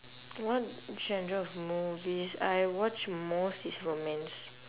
what genre of movies I watch most is romance